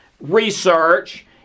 research